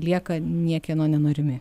lieka niekieno nenorimi